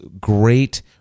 great